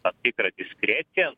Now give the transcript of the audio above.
tam tikrą diskreciją